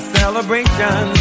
celebration